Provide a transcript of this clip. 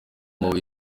mabuye